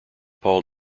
paul